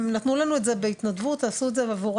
הם נתנו לנו את זה בהתנדבות ועשו את זה עבורנו,